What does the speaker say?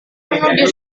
menuju